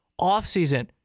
offseason